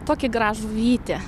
tokį gražų vytį